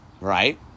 right